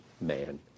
man